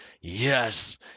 yes